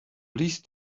least